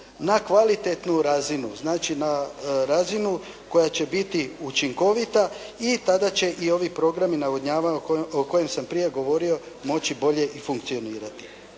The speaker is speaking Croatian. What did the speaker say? na kvalitetnu razinu. Znači na razinu koja će biti učinkovita i tada će i ovi programi navodnjavanja o kojem sam prije govorio moći bolje i funkcionirati.